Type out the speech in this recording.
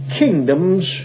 kingdom's